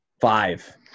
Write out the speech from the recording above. Five